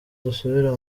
dusubira